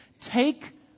Take